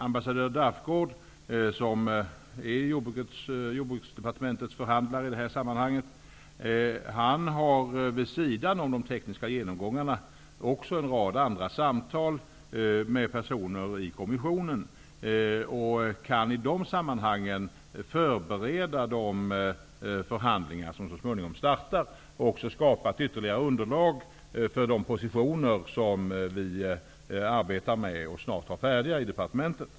Ambassadör Dafgård, som är Jordbruksdepartementets förhandlare i detta sammanhang, har vid sidan om de tekniska genomgångarna också en rad andra samtal med personer i kommissionen och kan i de sammanhangen förbereda de förhandlingar som så småningom skall starta och därigenom skapa ytterligare underlag för de positioner som vi arbetar med och snart har färdiga i departementet.